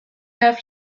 have